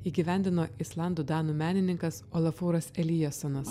įgyvendino islandų danų menininkas olafuras elijasonas